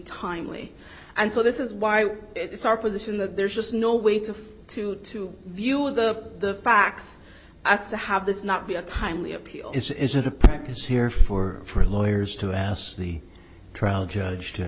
timely and so this is why it's our position that there's just no way to to to view of the facts as to have this not be a timely appeal is it a practice here for for lawyers to ask the trial judge t